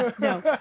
No